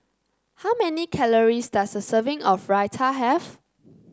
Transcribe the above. how many calories does a serving of Raita have